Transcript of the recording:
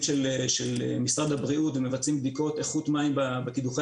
של משרד הבריאות ומבצעים בדיקות איכות מים בקידוחי